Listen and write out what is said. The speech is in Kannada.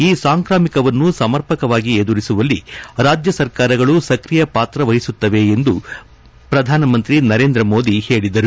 ಈ ಸಾಂಕ್ರಾಮಿಕವನ್ನು ಸಮರ್ಪಕವಾಗಿ ಎದುರಿಸುವಲ್ಲಿ ರಾಜ್ವ ಸರ್ಕಾರಗಳು ಸ್ಕ್ರಿಯ ಪಾತ್ರ ವಹಿಸುತ್ತಿವೆ ಎಂದು ನರೇಂದ್ರ ಮೋದಿ ಹೇಳಿದರು